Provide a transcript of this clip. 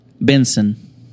Benson